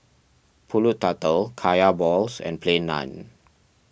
Pulut Tatal Kaya Balls and Plain Naan